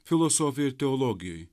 filosofijai ir teologijai